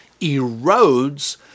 erodes